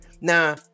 Now